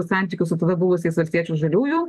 santykių su tada buvusiais valstiečių žaliųjų